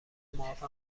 معاف